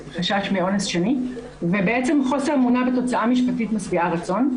חשש מאונס שני ובעצם חוסר אמונה בתוצאה משפטית משביעה רצון,